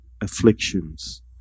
afflictions